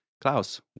Klaus